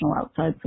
outside